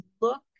look